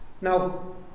Now